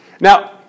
Now